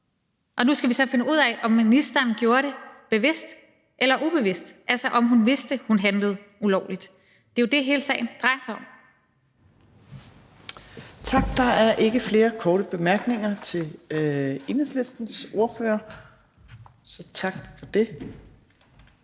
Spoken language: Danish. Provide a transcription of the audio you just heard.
og nu skal vi så finde ud af, om ministeren gjorde det bevidst eller ubevidst, altså om hun vidste, at hun handlede ulovligt. Det er jo det, hele sagen drejer sig om. Kl. 12:47 Fjerde næstformand (Trine Torp): Tak. Der er ikke flere korte bemærkninger til Enhedslistens ordfører. Den næste